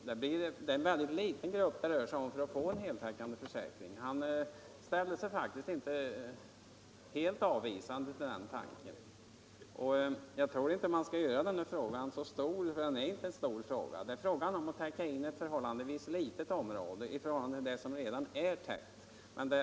Det är en mindre grupp det rör sig om för att få en heltäckande försäkring. Representanten från Läkarförbundet ställde sig faktiskt inte helt avvisande till den tanken. Jag tror inte man skall göra den här frågan så stor, för det är inte en stor fråga. Det är fråga om att täcka in ett förhållandevis litet område i proportion till det som redan är täckt.